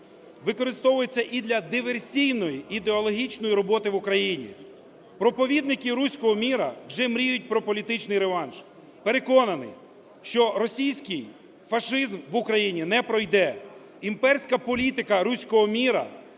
використовуються і для диверсійної ідеологічної роботи в Україні. Проповідники "руського миру" вже мріють про політичний реванш. Переконаний, що російський фашизм в Україні не пройде. Імперська політика "руського мира"